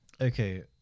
Okay